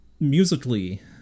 musically